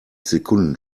sekunden